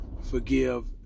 forgive